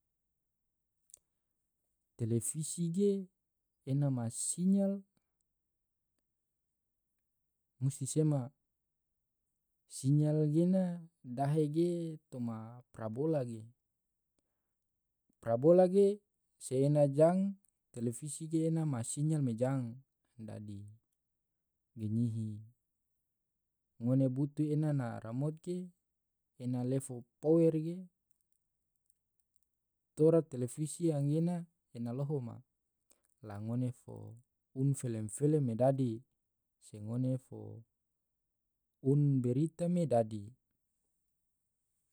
televisi ge ena ma sinyal musti sema, sinyal gena dahe ge toma parabola ge, parabola ge se ena jang televise ge ena ma sinyal me jang. dadi gajihi ngone butu ena na remot ge ena lefo power ge tora televise angge ena loho ma, la ngone fo uni felem-felem me dadi se ngone fo uni barita me dadi.